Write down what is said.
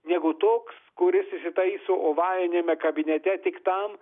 negu toks kuris įsitaiso ovaliniame kabinete tik tam